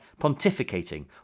pontificating